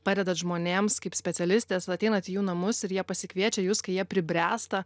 padedat žmonėms kaip specialistės ateinat į jų namus ir jie pasikviečia jus kai jie pribręsta